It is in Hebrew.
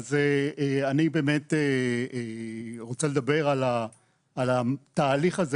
אני שמחה שיצא לי דווקא בנושא החשוב הזה להתכנס.